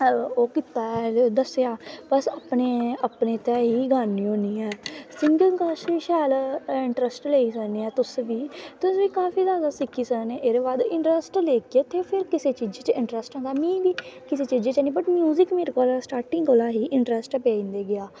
ओह् कीता दस्सेआ पर बस अपने तै ई गानी होनी ऐं सिंगिंग दा अस शैल इंट्रस्ट लेई सकने आं तुस बी तुस बी काफी जादा सिक्खी सकने ओ एह्दै बाद इंट्रस्ट लेईयै ते फिर किसे चीजे च इंट्रस्ट आंदा में बी किसेचीजें च नी बट म्यूजिक मेरे कोला स्टार्टिंग कोला ई इंट्रस्ट ऐ पेई गेआ